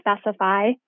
specify